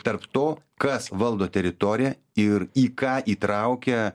tarp to kas valdo teritoriją ir į ką įtraukia